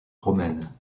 romaine